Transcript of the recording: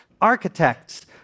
Architects